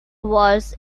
verse